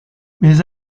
mais